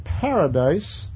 paradise